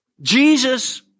Jesus